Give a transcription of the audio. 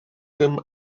him